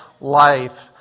life